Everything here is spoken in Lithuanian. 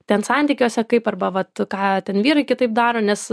ten santykiuose kaip arba vat ką ten vyrai kitaip daro nes